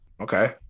Okay